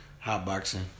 hotboxing